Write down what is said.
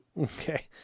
Okay